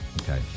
Okay